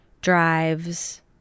drives